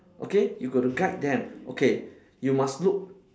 okay you got to guide them okay you must look